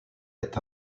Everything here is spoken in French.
est